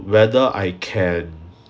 whether I can